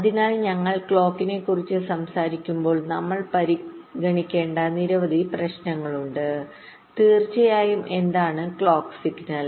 അതിനാൽ ഞങ്ങൾ ക്ലോക്കിനെക്കുറിച്ച് സംസാരിക്കുമ്പോൾ നമ്മൾ പരിഗണിക്കേണ്ട നിരവധി പ്രശ്നങ്ങളുണ്ട് തീർച്ചയായും എന്താണ് ക്ലോക്ക് സിഗ്നൽ